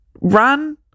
run